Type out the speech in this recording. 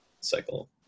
cycle